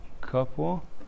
couple